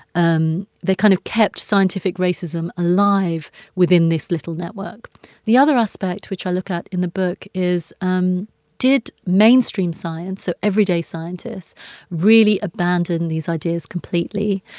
um they kind of kept scientific racism alive within this little network the other aspect which i look at in the book is, um did mainstream science so everyday scientists really abandon these ideas completely?